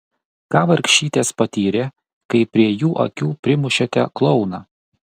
ką vargšytės patyrė kai prie jų akių primušėte klouną